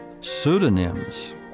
pseudonyms